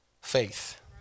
faith